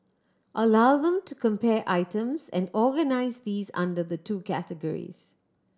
allow them to compare items and organise these under the two categories